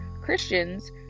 christians